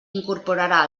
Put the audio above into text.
incorporà